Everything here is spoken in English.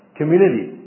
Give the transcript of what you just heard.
community